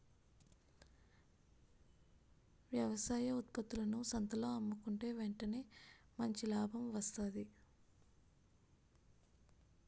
వ్యవసాయ ఉత్త్పత్తులను సంతల్లో అమ్ముకుంటే ఎంటనే మంచి లాభం వస్తాది